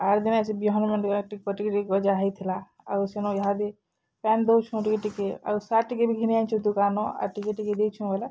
ଆର୍ ଦିନେ ସେ ବିହନ୍ମାନେ ଟିକେ ଟିକେ କରି ଗଜା ହେଇଥିଲା ଆଉ ସେନ ଇହାଦେ ପାଏନ୍ ଦଉଛୁଁ ଟିକେ ଟିକେ ଆଉ ସାର୍ ଟିକେ ବି ଘିନି ଆନିଛୁ ଦୋକାନୁ ଆଉ ଟିକେ ଟିକେ ଦେଇଛୁଁ ବୋଲେ